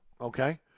Okay